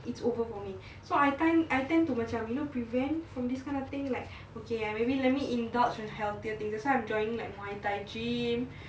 it's over for me so I tend I tend to macam you know prevent from this kind of thing like okay ya maybe let me indulge with healthier thing that's why I'm joining like muay thai gym